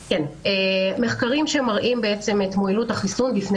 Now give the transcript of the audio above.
מחקרים שמראים את מועילות החיסון בפני